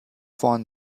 vorn